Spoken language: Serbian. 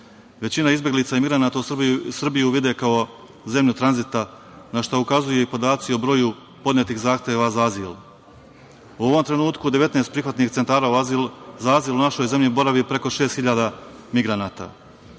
Većina izbeglica i migranata Srbiju vide kao zemlju tranzita na šta ukazuju i podaci o broju podnetih zahteva za azil. U ovom trenutku u 19 prihvatnih centara za azil u našoj zemlji boravi preko šest hiljada